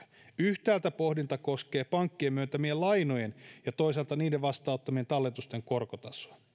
yhtäältä pohdinta koskee pankkien myöntämien lainojen ja toisaalta niiden vastaanottamien talletusten korkotasoja